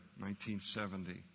1970